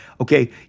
Okay